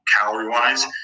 calorie-wise